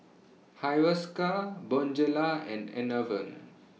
Hiruscar Bonjela and Enervon